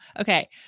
Okay